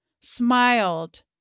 smiled